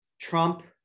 trump